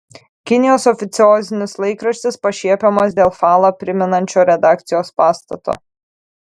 kinijos oficiozinis laikraštis pašiepiamas dėl falą primenančio redakcijos pastato